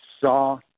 saw